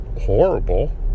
horrible